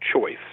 choice